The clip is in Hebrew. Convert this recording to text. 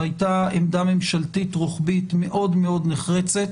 הייתה עמדה ממשלתית רוחבית מאוד מאוד נחרצת